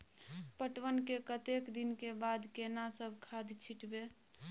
पटवन के कतेक दिन के बाद केना सब खाद छिटबै?